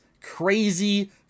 crazy